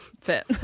fit